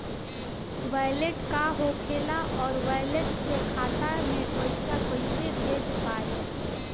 Wallet का होखेला और वैलेट से खाता मे पईसा कइसे भेज पाएम?